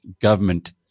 government